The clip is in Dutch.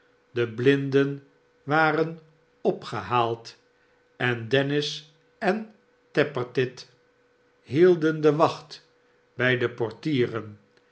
de blinden waren opgehaald en dennis en tappertit hidden de wacht bij de portieren